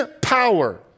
power